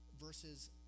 versus